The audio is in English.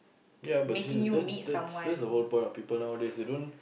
ya but you see that's that's that's the whole point of people today they don't